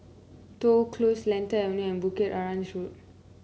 Toh Close Lentor Avenue and Bukit Arang Road